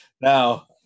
Now